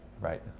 Right